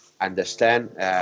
understand